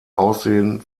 aussehen